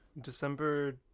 December